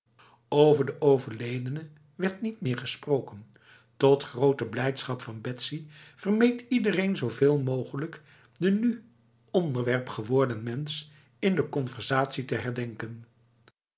over de overledene werd niet meer gesproken tot grote blijdschap van betsy vermeed iedereen zoveel mogelijk de nu onderwerp geworden mens in de conversatie te herdenken